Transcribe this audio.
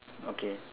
okay